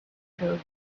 showed